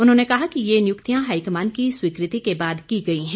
उन्होंने कहा कि ये नियुक्तियां हाईकमान की स्वीकृति के बाद की गई हैं